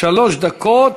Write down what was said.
שלוש דקות,